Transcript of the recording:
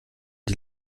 die